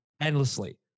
endlessly